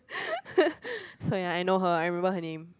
so ya I know her I remember her name